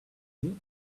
you